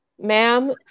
ma'am